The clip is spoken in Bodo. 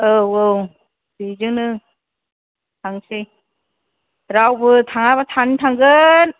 औ औ बेजोंनो थांनोसै रावबो थाङाबा सानैजों थांगोन